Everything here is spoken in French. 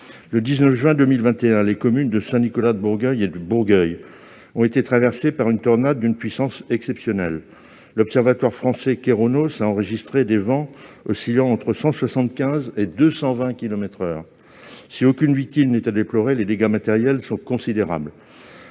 Le 19 juin 2021, les communes de Saint-Nicolas-de-Bourgueil et de Bourgueil ont été traversées par une tornade d'une puissance exceptionnelle. L'observatoire français Keraunos a enregistré des vents oscillant entre 175 kilomètres par heure et 220 kilomètres par heure. Si aucune victime n'est à déplorer, les dégâts matériels sont considérables.